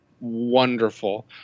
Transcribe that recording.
wonderful